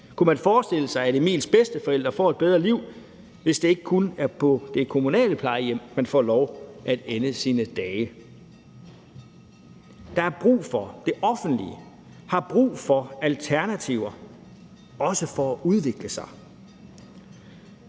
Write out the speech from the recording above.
Kunne man forestille sig, at Emils bedsteforældre får et bedre liv, hvis det ikke kun er på det kommunale plejehjem, man får lov at ende sine dage? Det offentlige har brug for alternativer, også for at udvikle sig.